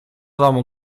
domu